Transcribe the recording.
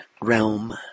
realm